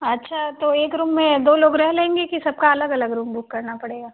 अच्छा तो एक रुम में दो लोग रह लेंगे कि सब का अलग अलग रुम बुक करना पड़ेगा